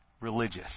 Religious